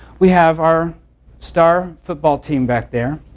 we have our star football team back there.